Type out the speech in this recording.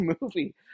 movie